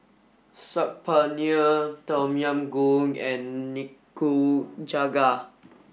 Saag Paneer Tom Yam Goong and Nikujaga